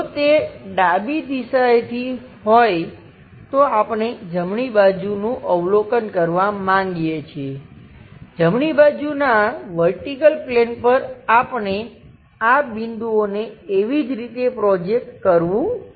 જો તે ડાબી દિશાએથી હોય તો આપણે જમણી બાજુનું અવલોકન કરવા માંગીએ છીએ જમણી બાજુના વર્ટિકલ પ્લેન પર આપણે આ બિંદુઓને એવી જ રીતે પ્રોજેક્ટ કરવું પડશે